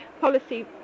policy